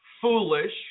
foolish